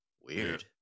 weird